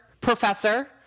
Professor